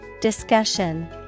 Discussion